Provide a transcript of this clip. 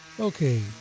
Okay